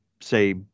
say